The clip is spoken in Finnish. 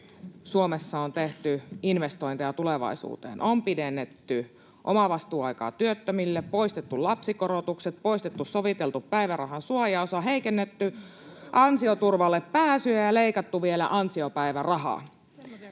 Suomessa on tehty investointeja tulevaisuuteen: on pidennetty omavastuuaikaa työttömille, poistettu lapsikorotukset, poistettu soviteltu päivärahan suojaosa, [Juho Eerola: Nopeutettu luvittamista!] heikennetty ansioturvalle pääsyä ja leikattu vielä ansiopäivärahaa